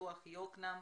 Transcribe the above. פיתוח יקנעם.